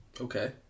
Okay